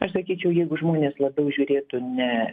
aš sakyčiau jeigu žmonės labiau žiūrėtų ne